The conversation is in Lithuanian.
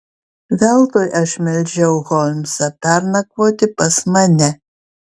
veltui aš meldžiau holmsą pernakvoti pas mane